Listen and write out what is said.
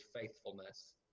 faithfulness